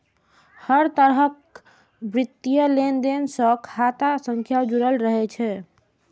हर तरहक वित्तीय लेनदेन सं खाता संख्या जुड़ल रहै छै